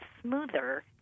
smoother